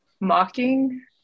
mocking